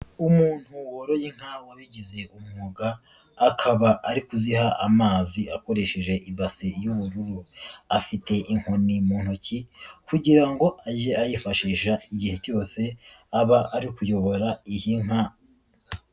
Umuntu woroye inka wabigize umwuga, akaba ari kuziha amazi akoresheje ibase y'ubururu, afite inkoni mu ntoki kugira ngo ajye ayifashisha igihe cyose aba ari kuyobora iyi nka.